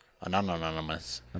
Anonymous